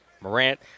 Morant